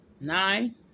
nine